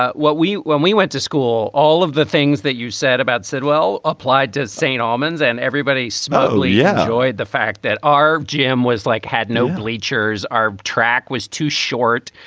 ah what we when we went to school, all of the things that you said about sidwell applied to st. ormond's and everybody. smolar. yes, joy. the fact that our gm was like had no bleachers, our track was too short,